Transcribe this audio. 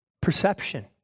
perception